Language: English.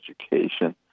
education